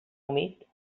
humit